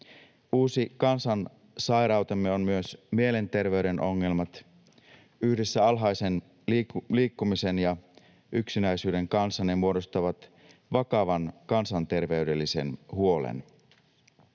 Uusi kansansairautemme on myös mielenterveyden ongelmat. Yhdessä alhaisen liikkumisen ja yksinäisyyden kanssa ne muodostavat vakavan kansanterveydellisen huolen.